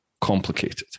complicated